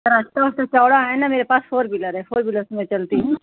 रास्ता उस्ता चौड़ा है ना मेरे पास फ़ोर वीलर है फ़ोर वीलर से मैं चलती हूँ